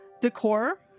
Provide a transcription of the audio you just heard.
decor